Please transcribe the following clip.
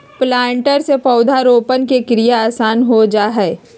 planter से पौधरोपण के क्रिया आसान हो जा हई